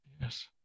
Yes